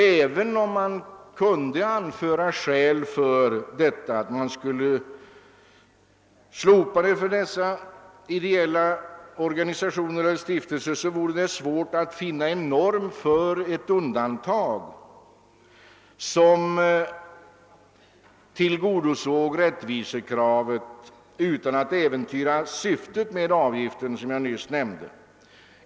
även om man kunde anföra skäl för ett slopande av avgiften för dessa ideella organisationer eller stiftelser, vore det svårt att finna en norm för ett undantag som tillgodosåg rättvisekravet utan att äventyra syftet med avgiften.